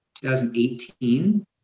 2018